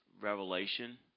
revelation